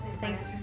Thanks